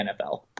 NFL